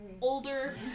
older